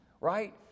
right